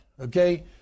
Okay